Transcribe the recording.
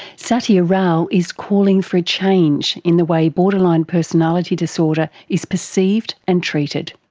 sathya rao is calling for a change in the way borderline personality disorder is perceived and treated.